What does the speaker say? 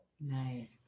nice